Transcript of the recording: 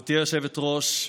גברתי היושבת-ראש,